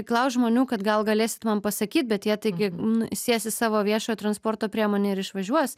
klaust žmonių kad gal galėsit man pasakyt bet jie taigi n įsės į savo viešojo transporto priemonę ir išvažiuos